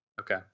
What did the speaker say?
Okay